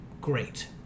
Great